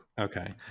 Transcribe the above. Okay